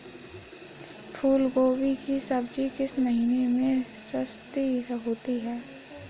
फूल गोभी की सब्जी किस महीने में सस्ती होती है?